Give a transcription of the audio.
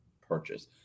purchase